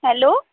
hello